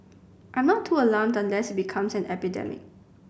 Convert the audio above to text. I'm not too alarmed unless it becomes an epidemic